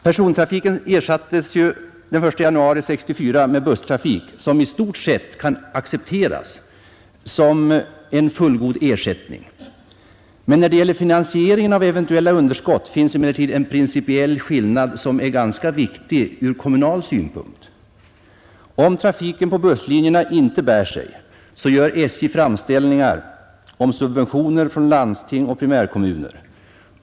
Persontrafiken ersattes den 1 januari 1964 med busstrafik, vilken i stort sett kan accepteras som en fullgod ersättning. När det gäller finansieringen av eventuella underskott finns emellertid en principiell skillnad som är ganska viktig ur kommunal synpunkt. Om trafiken på busslinjerna inte bär sig, gör SJ framställningar om subventioner från fandsting och närkommuner.